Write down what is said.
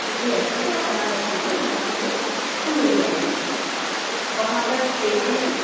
لگی رہتی ہے تو آپ وہاں پہ رکھ دیجیے وہاں سے وہ اُس کو مِل جائے گی وہاں پر دیکھتے ہیں ہم